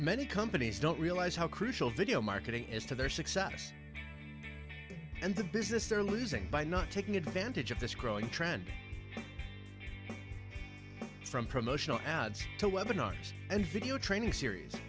many companies don't realize how crucial video marketing is to their success and the business they're losing by not taking advantage of this growing trend from promotional ads to weaponize and video training series